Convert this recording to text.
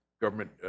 government